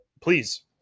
please